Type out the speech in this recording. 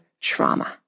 trauma